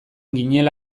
ginela